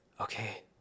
Okay